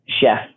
chef